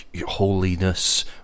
holiness